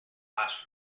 last